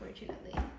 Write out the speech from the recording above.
unfortunately